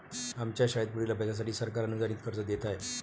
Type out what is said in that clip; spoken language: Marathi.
आमच्या शाळेत पुढील अभ्यासासाठी सरकार अनुदानित कर्ज देत आहे